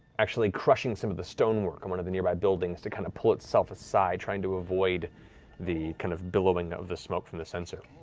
actually crushing some of the stonework on one of the nearby buildings to kind of pull itself aside, trying to avoid the kind of billowing ah of the smoke from the censer.